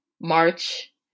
March